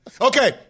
Okay